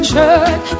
Church